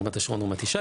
ברמת השרון וברמת ישי